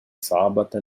صعبة